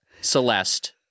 Celeste